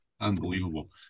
unbelievable